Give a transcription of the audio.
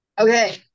Okay